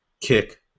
Kick